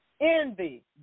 envy